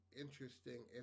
interesting